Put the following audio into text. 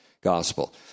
gospel